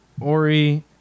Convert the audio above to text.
Ori